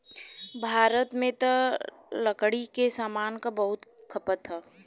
भारत में त लकड़ी के सामान क बहुते खपत हौ